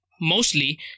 mostly